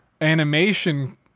animation